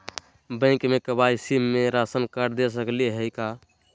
Bank में KYC में ration card दे सकली हई का?